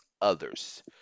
others